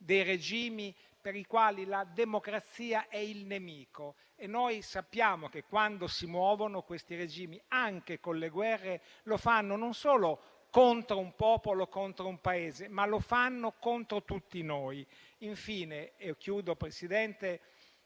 regimi per i quali la democrazia è il nemico. E noi sappiamo che, quando si muovono questi regimi, anche con le guerre, lo fanno non solo contro un popolo e contro un Paese, ma contro tutti noi. Infine, signor Presidente,